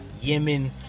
yemen